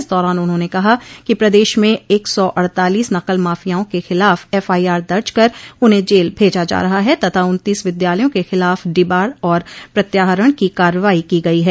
इस दौरान उन्होंने कहा कि प्रदेश में एक सौ अड़तालीस नकल माफियाओं के खिलाफ एफआईआर दर्ज कर उन्हें जेल भेजा जा रहा है तथा उन्तीस विद्यालयों के खिलाफ डिबार और प्रत्याहरण की कार्रवाई की गई है